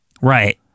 Right